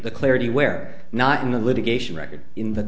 the clarity where not in the litigation record in the